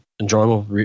enjoyable